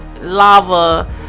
Lava